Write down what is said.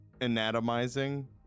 anatomizing